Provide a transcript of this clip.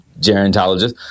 gerontologist